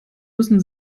müssen